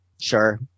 sure